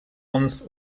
uns